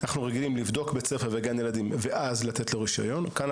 אנחנו רגילים לבדוק בית ספר וגן ילדים ואז לתת לו רישיון.